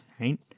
right